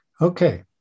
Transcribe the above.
Okay